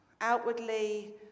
outwardly